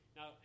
Now